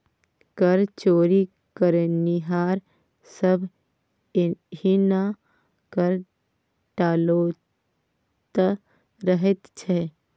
कर चोरी करनिहार सभ एहिना कर टालैत रहैत छै